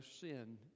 sin